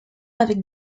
avec